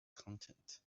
content